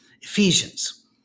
Ephesians